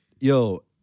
Yo